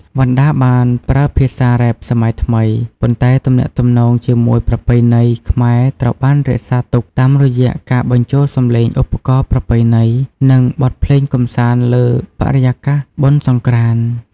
វណ្ណដាបានប្រើភាសាររ៉េបសម័យថ្មី ប៉ុន្តែទំនាក់ទំនងជាមួយប្រពៃណីខ្មែរត្រូវបានរក្សាទុកតាមរយៈការបញ្ចូលសម្លេងឧបករណ៍ប្រពៃណី និងបទភ្លេងកម្សាន្តលើបរិយាកាសបុណ្យសង្រ្កាន្ត។